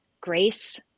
grace